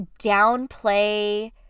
downplay